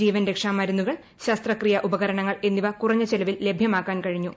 ജീവൻ രക്ഷാമരുന്നുകൾ ശസ്ത്രക്രിയ ഉപകരണങ്ങൾ എന്നിവ കുറഞ്ഞ ചിലവിൽ ലഭ്യമാക്കാൻ കഴിഞ്ഞു